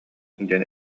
диэн